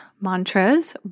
mantras